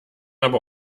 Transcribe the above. aber